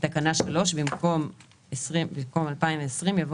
בתקנה 3, במקום "2020" יבוא